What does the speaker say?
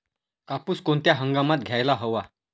कापूस कोणत्या हंगामात घ्यायला हवा?